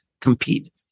compete